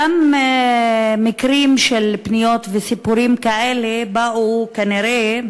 אותם מקרים של פניות וסיפורים כאלה באו כנראה,